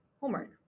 homework